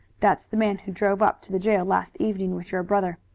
that's the man who drove up to the jail last evening with your brother.